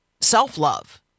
self-love